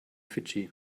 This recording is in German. fidschi